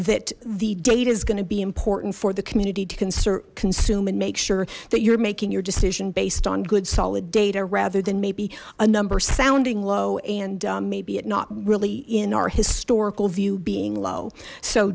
that the date is going to be important for the community to concern consume and make sure that you're making your decision based on good solid data rather than maybe a numb sounding low and maybe it not really in our historical view being low so